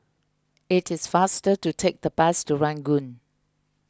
it is faster to take the bus to Ranggung